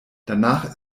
danach